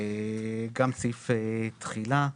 גם סעיף תחילה.